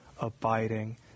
abiding